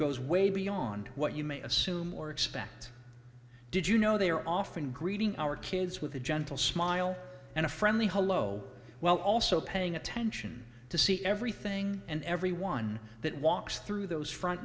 goes way beyond what you may assume or expect did you know they are often greeting our kids with a gentle smile and a friendly hello well also paying attention to see everything and everyone that walks through those front